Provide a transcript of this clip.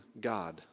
God